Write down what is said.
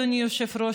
אדוני היושב-ראש,